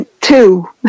two